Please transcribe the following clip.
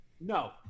no